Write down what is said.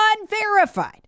Unverified